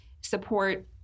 support